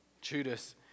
Judas